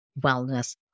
wellness